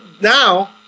now